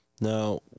Now